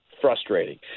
frustrating